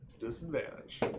disadvantage